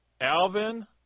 Alvin